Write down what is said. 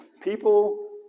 people